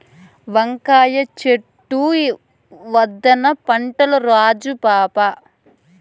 వంకాయ చెట్లే ఉద్దాన పంటల్ల రాజు పాపా